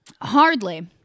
Hardly